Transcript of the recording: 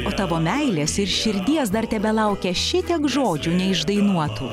o tavo meilės ir širdies dar tebelaukia šitiek žodžių neišdainuotų